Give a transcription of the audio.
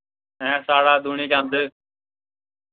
ऐं साढ़ा दूनीचंद